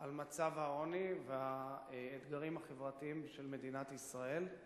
על מצב העוני והאתגרים החברתיים של מדינת ישראל.